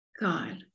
God